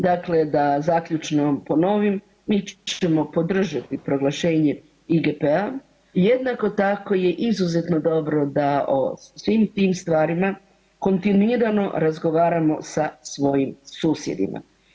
Dakle, da zaključno ponovim, mi ćemo proglašenje IGP-a jednako tako je izuzeto dobro da o svim tim stvarima kontinuirano razgovaramo sa svojim susjedima.